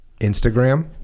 Instagram